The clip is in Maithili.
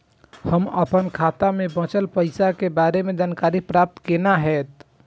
हम अपन खाता में बचल पैसा के बारे में जानकारी प्राप्त केना हैत?